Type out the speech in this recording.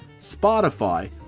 Spotify